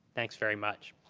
thanks very much.